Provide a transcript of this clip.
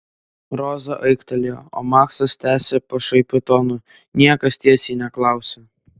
roza aiktelėjo o maksas tęsė pašaipiu tonu niekas tiesiai neklausia